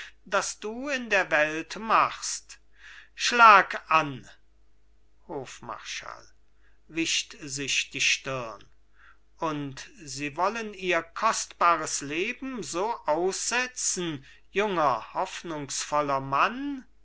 das du in der welt machst schlag an hofmarschall wischt sich die stirn und sie wollen ihr kostbares leben so aussetzen junger hoffnungsvoller mann